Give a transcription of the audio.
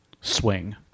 swing